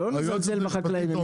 שלא נזלזל בחקלאים,